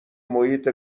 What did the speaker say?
محیط